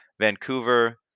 Vancouver